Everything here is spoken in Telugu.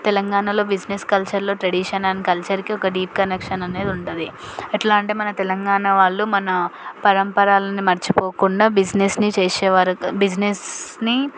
తెలంగాణలో బిజినెస్ కల్చర్లో ట్రెడిషన్ అండ్ కల్చర్కి ఒక డీప్ కనెక్షన్ అనేది ఉంటది ఎట్లా అంటే మన తెలంగాణ వాళ్ళు మన పరంపరలని మర్చిపోకుండా బిజినెస్ని చేసేవారు బిజినెస్ని